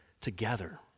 together